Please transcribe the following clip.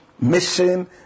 mission